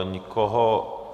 Nikoho...